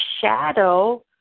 shadow